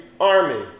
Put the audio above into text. army